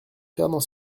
fernand